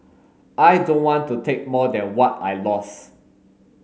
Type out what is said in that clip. I don't want to take more than what I lost